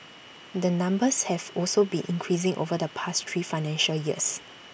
the numbers have also been increasing over the past three financial years